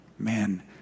Man